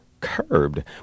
Curbed